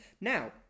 Now